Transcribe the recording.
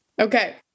Okay